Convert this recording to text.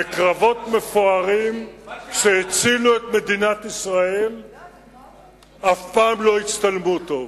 וקרבות מפוארים שהצילו את מדינת ישראל אף פעם לא הצטלמו טוב.